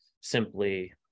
simply